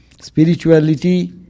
Spirituality